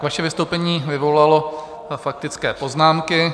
Vaše vystoupení vyvolalo faktické poznámky.